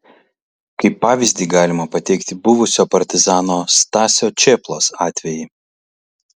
kaip pavyzdį galima pateikti buvusio partizano stasio čėplos atvejį